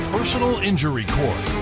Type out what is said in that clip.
personal injury court.